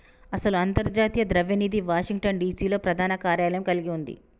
అసలు అంతర్జాతీయ ద్రవ్య నిధి వాషింగ్టన్ డిసి లో ప్రధాన కార్యాలయం కలిగి ఉంది